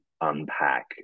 unpack